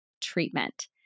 treatment